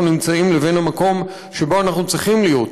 נמצאים לבין המקום שבו אנחנו צריכים להיות